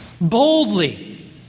boldly